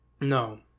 No